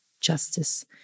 justice